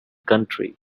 country